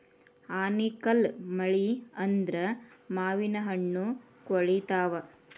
ಆನಿಕಲ್ಲ್ ಮಳಿ ಆದ್ರ ಮಾವಿನಹಣ್ಣು ಕ್ವಳಿತಾವ